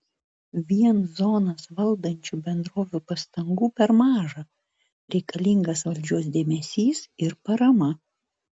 vien zonas valdančių bendrovių pastangų per maža reikalingas valdžios dėmesys ir parama